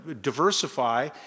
diversify